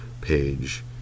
page